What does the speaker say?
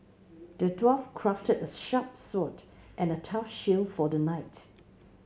the dwarf crafted a sharp sword and a tough shield for the knight